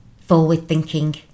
forward-thinking